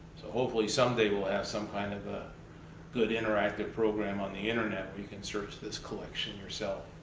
so, hopefully, someday we'll have some kind of a good interactive program on the internet where you can search this collection yourself.